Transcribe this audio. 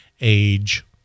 age